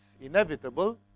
inevitable